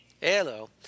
Hello